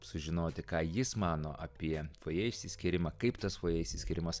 sužinoti ką jis mano apie fojė išsiskyrimą kaip tas fojė išsiskyrimas